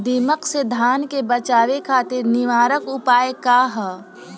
दिमक से धान के बचावे खातिर निवारक उपाय का ह?